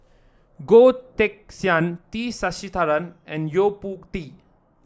Goh Teck Sian T Sasitharan and Yo Po Tee